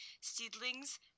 seedlings